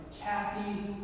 Kathy